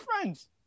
friends